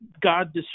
God